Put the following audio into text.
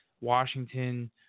Washington